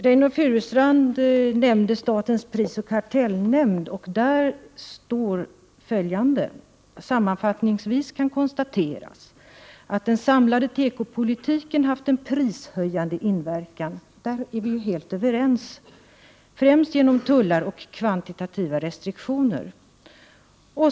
Reynoldh Furustrand nämnde statens prisoch kartellnämnd, som säger att det sammanfattningsvis kan konstateras att den samlade tekopolitiken haft en prishöjande inverkan — och där är vi helt överens — främst genom tullar och kvantitativa restriktioner.